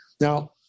Now